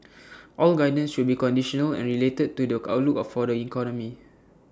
all guidance should be conditional and related to the outlook for the economy